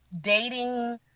dating